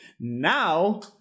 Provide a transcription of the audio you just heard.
Now